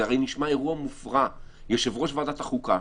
זה הרי נשמע אירוע מופרע יושב-ראש ועדת החוקה,